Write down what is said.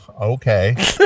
okay